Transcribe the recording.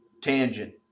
tangent